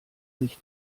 sich